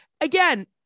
again